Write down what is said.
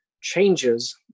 changes